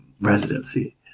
residency